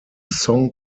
song